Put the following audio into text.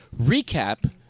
recap